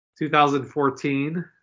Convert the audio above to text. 2014